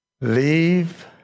Leave